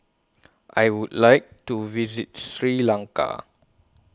I Would like to visit Sri Lanka